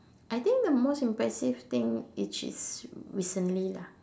I think the most impressive thing which is recently lah